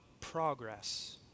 progress